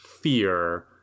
fear